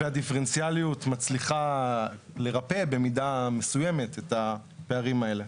-- והדיפרנציאליות מצליחה לרפא במידה מסוימת את הפערים האלה.